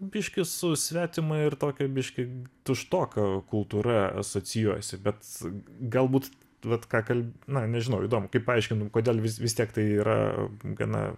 biškį su svetima ir tokia biškį tuštoka kultūra asocijuojasi bet galbūt vat ką kalb na nežinau įdomu kaip paaiškinti kodėl vis vis tiek tai yra gana